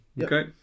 okay